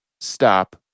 stop